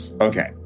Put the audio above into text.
Okay